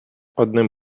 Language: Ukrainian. одним